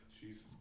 Jesus